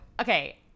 Okay